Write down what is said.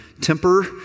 temper